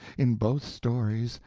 in both stories,